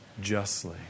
justly